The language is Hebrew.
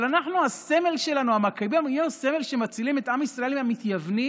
אבל הסמל של המכבים הוא סמל שמצילים את עם ישראל מהמתייוונים,